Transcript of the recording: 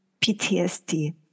PTSD